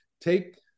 take